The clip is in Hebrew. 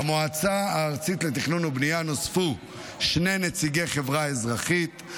במועצה הארצית לתכנון ובנייה נוספו שני נציגי חברה אזרחית,